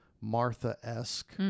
Martha-esque